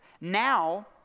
Now